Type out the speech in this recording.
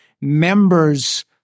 members